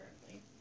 currently